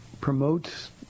promotes